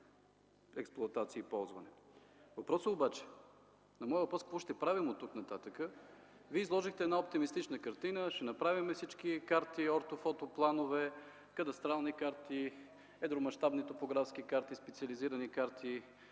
експлоатация и ползване. На моя въпрос „Какво ще правим оттук-нататък?”, Вие изложихте една оптимистична картина: ще направим всички карти и ортофотопланове, кадастрални карти, едромащабни топографски карти, специализирани карти